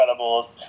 Incredibles